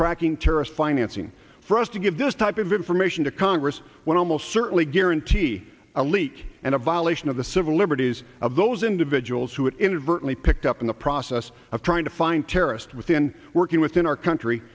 tracking terrorist financing for us to give this type of information to congress when almost certainly guarantee a leak and a violation of the civil liberties of those individuals who are inadvertently picked up in the process of trying to find terrorists within working within our country